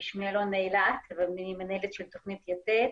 שמי אלונה אילת ואני מנהלת של תוכנית 'יתד',